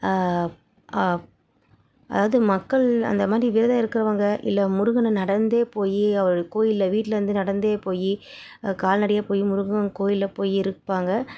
அதாவது மக்கள் அந்த மாதிரி விரதம் இருக்கிறவங்க இல்லை முருகனை நடந்தே போய் அவரோட கோவில்ல வீட்டுலேருந்து நடந்தே போய் கால்நடையாக போய் முருகன் கோவில்ல போய் இருப்பாங்க